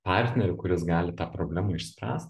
partnerių kuris gali tą problemą išspręst